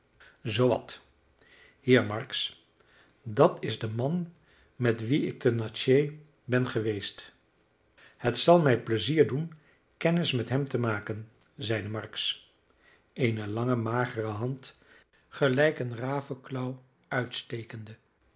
zoowat hier marks dat is de man met wien ik te natchez ben geweest het zal mij pleizier doen kennis met hem te maken zeide marks eene lange magere hand gelijk een ravenklauw uitstekende